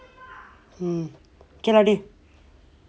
can lah dey